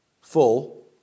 full